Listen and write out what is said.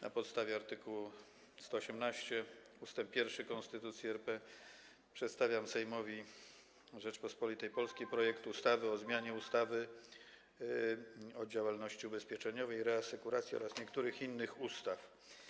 Na podstawie art. 118 ust. 1 Konstytucji RP przedstawiam Sejmowi Rzeczypospolitej Polskiej projekt ustawy o zmianie ustawy o działalności ubezpieczeniowej i reasekuracyjnej oraz niektórych innych ustaw.